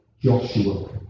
Joshua